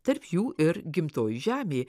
tarp jų ir gimtoji žemė